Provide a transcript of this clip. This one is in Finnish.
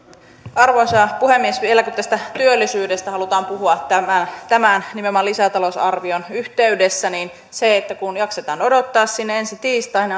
arvoisa puhemies vielä kun tästä työllisyydestä halutaan puhua nimenomaan tämän lisätalousarvion yhteydessä niin jos jaksetaan odottaa sinne ensi tiistaihin